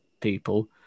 people